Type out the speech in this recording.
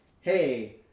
hey